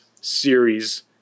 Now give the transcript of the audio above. series